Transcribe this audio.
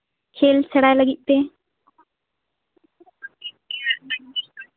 ᱠᱷᱮᱹᱞ ᱥᱮᱬᱟ ᱞᱟᱜᱤᱫ ᱛᱮ